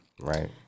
Right